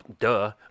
duh